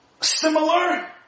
Similar